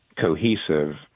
cohesive